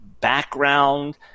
background